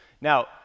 Now